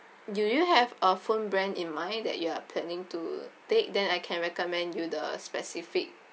do you have a phone brand in mind that you are planning to take then I can recommend you the specific